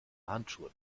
handschuhe